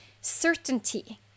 certainty